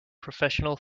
professional